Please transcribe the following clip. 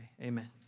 Amen